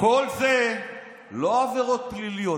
כל זה לא עבירות פליליות,